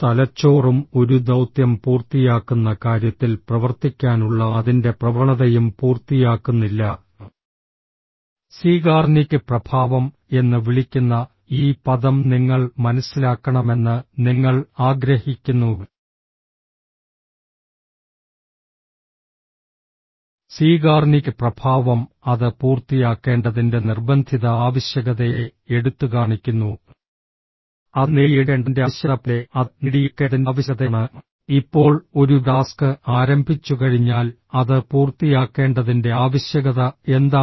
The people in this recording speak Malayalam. തലച്ചോറും ഒരു ദൌത്യം പൂർത്തിയാക്കുന്ന കാര്യത്തിൽ പ്രവർത്തിക്കാനുള്ള അതിന്റെ പ്രവണതയും പൂർത്തിയാക്കുന്നില്ല സീഗാർനിക് പ്രഭാവം എന്ന് വിളിക്കുന്ന ഈ പദം നിങ്ങൾ മനസ്സിലാക്കണമെന്ന് നിങ്ങൾ ആഗ്രഹിക്കുന്നു സീഗാർനിക് പ്രഭാവം അത് പൂർത്തിയാക്കേണ്ടതിന്റെ നിർബന്ധിത ആവശ്യകതയെ എടുത്തുകാണിക്കുന്നു അത് നേടിയെടുക്കേണ്ടതിന്റെ ആവശ്യകത പോലെ അത് നേടിയെടുക്കേണ്ടതിന്റെ ആവശ്യകതയാണ് ഇപ്പോൾ ഒരു ടാസ്ക് ആരംഭിച്ചുകഴിഞ്ഞാൽ അത് പൂർത്തിയാക്കേണ്ടതിന്റെ ആവശ്യകത എന്താണ്